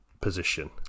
position